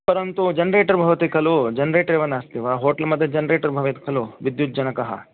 परन्तु जनरेटर् भवति खलु जनरेटरेव नास्ति वा होटेल् मध्ये जनरेटर् भवेत् खलु विद्युज्जनकः